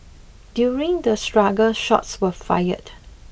during the struggle shots were fired